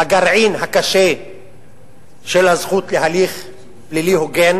בגרעין הקשה של הזכות להליך פלילי הוגן.